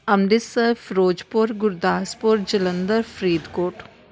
Amritsar Firozpur Gurdaspur Jalandhar Faridkot